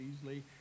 easily